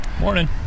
morning